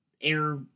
air